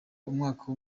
umwaka